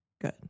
good